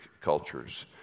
cultures